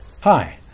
Hi